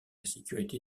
sécurité